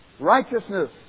Righteousness